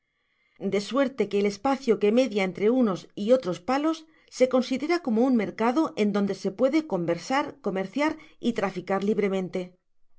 de suerte que el espacio que media entre unos y otros palos se considera como un mercado en donde se puede conversar comerciar y traficar libremente